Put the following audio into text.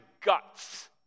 guts